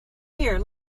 here